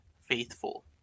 faithful